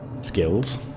skills